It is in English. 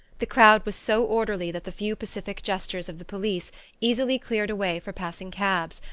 the crowd was so orderly that the few pacific gestures of the police easily cleared a way for passing cabs,